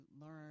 learn